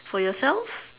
for yourself